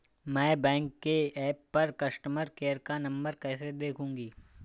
मैं बैंक के ऐप पर कस्टमर केयर का नंबर कैसे देखूंगी?